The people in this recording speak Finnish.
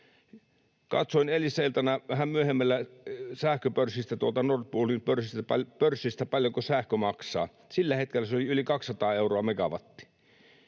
Katsoin eilisiltana vähän myöhemmällä sähköpörssistä, Nord Poolin pörssistä, paljonko sähkö maksaa. Sillä hetkellä se oli yli 200 euroa megawatilta.